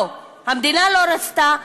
לא, המדינה לא רצתה.